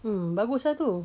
mm bagus lah tu